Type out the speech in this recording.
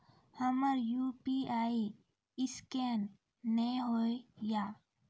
हमर UPI scan नेय हो या?